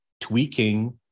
tweaking